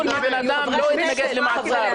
הבן אדם לא התנגד למעצר.